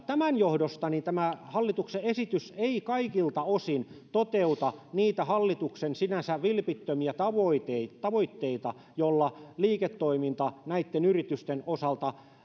tämän johdosta tämä hallituksen esitys ei kaikilta osin toteuta niitä hallituksen sinänsä vilpittömiä tavoitteita tavoitteita joilla liiketoiminta näitten yritysten osalta